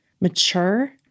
mature